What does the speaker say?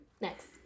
Next